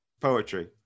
Poetry